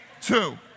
Two